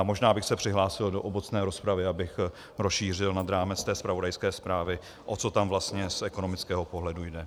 Možná bych se přihlásil do obecné rozpravy, abych rozšířil nad rámec té zpravodajské zprávy, o co tam vlastně z ekonomického pohledu jde.